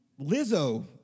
Lizzo